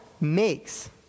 makes